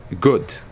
good